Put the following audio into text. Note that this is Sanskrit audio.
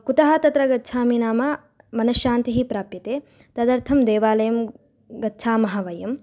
कुतः तत्र गच्छामि नाम मनश्शान्तिः प्राप्यते तदर्थं देवालयं गच्छामः वयं